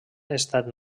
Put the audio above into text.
estat